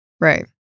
Right